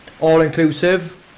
All-inclusive